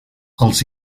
els